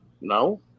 No